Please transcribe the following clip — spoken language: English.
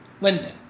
Linden